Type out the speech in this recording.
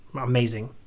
amazing